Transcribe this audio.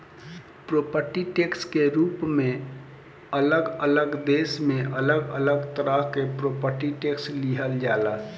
property tax के रूप में अलग अलग देश में अलग अलग तरह से प्रॉपर्टी टैक्स लिहल जाला